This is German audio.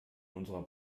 unserer